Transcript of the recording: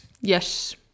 Yes